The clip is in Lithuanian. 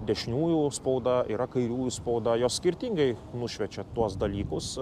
dešiniųjų spauda yra kairiųjų spauda jos skirtingai nušviečia tuos dalykus